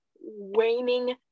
waning